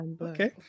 okay